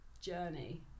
journey